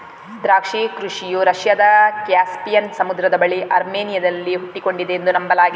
ದ್ರಾಕ್ಷಿ ಕೃಷಿಯು ರಷ್ಯಾದ ಕ್ಯಾಸ್ಪಿಯನ್ ಸಮುದ್ರದ ಬಳಿ ಅರ್ಮೇನಿಯಾದಲ್ಲಿ ಹುಟ್ಟಿಕೊಂಡಿದೆ ಎಂದು ನಂಬಲಾಗಿದೆ